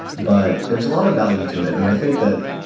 but there's a lot of value to it. and i think that,